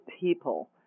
people